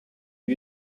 you